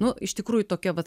nu iš tikrųjų tokia vat